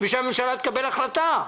צריך שהממשלה תקבל החלטה.